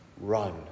run